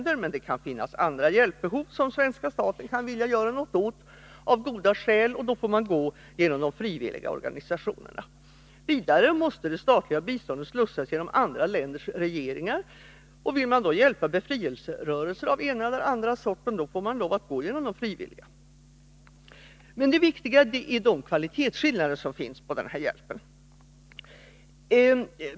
Utanför dem kan det dock finnas andra hjälpbehov som svenska staten av goda skäl kan vilja göra något åt, och då får man gå genom de frivilliga organisationerna. Vidare måste det statliga biståndet slussas genom andra länders regeringar. Vill man hjälpa befrielserörelser av ena eller andra slaget får man också lov att gå genom de frivilliga organisationerna. Det viktiga är dock de kvalitetsskillnader som finns på denna hjälp.